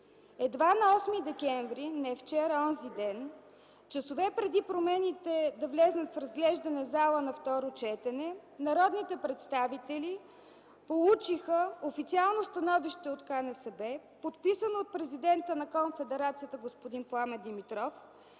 Едва на 8 декември, не вчера, онзи ден, часове преди промените да влязат за разглеждане на второ четене, народните представители получиха официално становище от КНСБ, подписано от президента на конфедерацията господин Пламен Димитров,